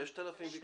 6,000 ביקשו.